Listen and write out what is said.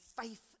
faith